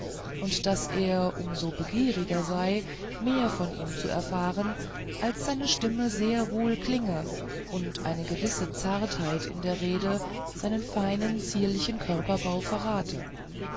und daß er um so begieriger sei mehr von ihm zu erfahren als seine stimme sehr wohlklinge und eine gewisse zartheit in der rede seinen feinen zierlichen körperbau verrate